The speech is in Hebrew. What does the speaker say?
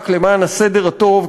רק למען הסדר הטוב,